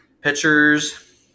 pitchers